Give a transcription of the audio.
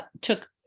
took